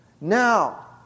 Now